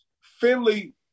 Finley